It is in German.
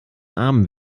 armen